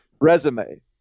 resume